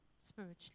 spiritually